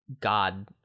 god